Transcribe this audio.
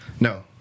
No